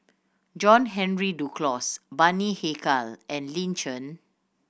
John Henry Duclos Bani Haykal and Lin Chen